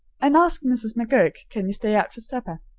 and ask mrs. mcgurk can ye stay out for supper.